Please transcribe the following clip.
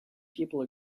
people